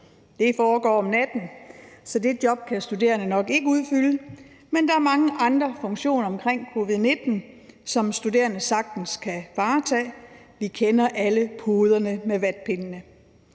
det foregår om natten, så det job kan studerende nok ikke udfylde. Men der er mange andre funktioner omkring covid-19, som studerende sagtens kan varetage. Vi kender alle poderne med vatpindene.